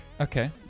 Okay